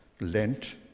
Lent